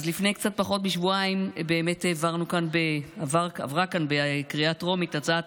אז לפני קצת פחות משבועיים באמת עברה כאן בקריאה טרומית הצעת